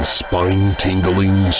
spine-tingling